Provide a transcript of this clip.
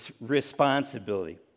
responsibility